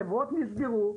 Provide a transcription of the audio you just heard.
חברות נסגרו,